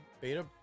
beta